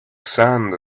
sand